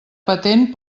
patent